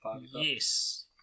Yes